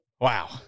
wow